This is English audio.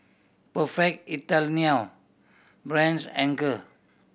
Perfect Italiano Brand's Anchor